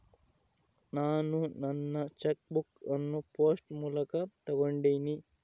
ನಾನು ನನ್ನ cheque book ಅನ್ನು ಪೋಸ್ಟ್ ಮೂಲಕ ತೊಗೊಂಡಿನಿ